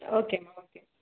ஓகேமா ஓகேமா